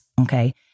okay